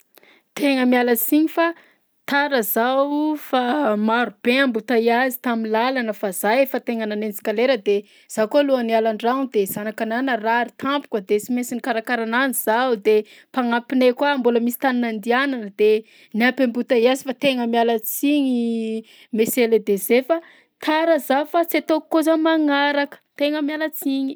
Tegna miala siny fa tara zaho fa maro be embouteillages tam'làlana fa za efa tegna nanenjika lera de zaho koa alohan'ny hiala an-dragno de zanakanahy narary tampoka de sy mainsy nikarakara ananjy zaho de mpanampinay koa mbôla nisy tany nandianana de niampy embouteillages fa tegna miala tsiny monsieur le DG fa tara zaho fa tsy ataoko koa zao magnaraka, tegna miala tsiny!